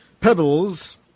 pebbles